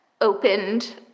opened